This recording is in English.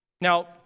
Now